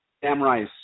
Samurai